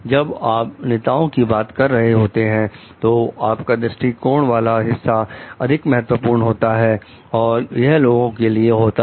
जब आप नेताओं की बात कर रहे होते हैं तो उनका दृष्टिकोण वाला हिस्सा अधिक महत्वपूर्ण होता है और यह लोगों के लिए होता है